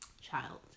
child